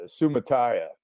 Sumataya